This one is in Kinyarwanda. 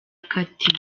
kati